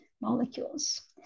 molecules